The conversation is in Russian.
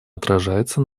отражается